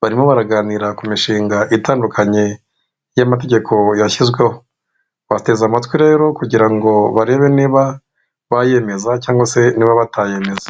Barimo baraganira ku mishinga itandukanye y'amategeko yashyizweho. Bateze amatwi rero kugira ngo barebe niba bayemeza cyangwa se niba batayemeza.